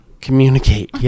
communicate